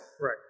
Right